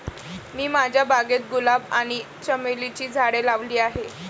मी माझ्या बागेत गुलाब आणि चमेलीची झाडे लावली आहे